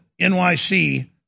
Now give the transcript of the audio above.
NYC